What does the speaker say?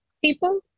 people